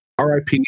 RIP